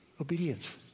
Obedience